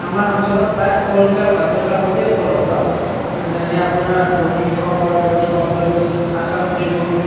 আমাৰ অঞ্চলত প্ৰায় সকলোবিলাক বাতৰি কাকতেই উপলব্ধ যেনে আপোনাৰ দৈনিক খবৰ দৈনিক অগ্ৰদূত আছাম ট্ৰিবিউন